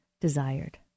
desired